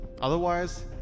Otherwise